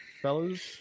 fellas